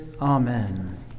Amen